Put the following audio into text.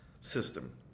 system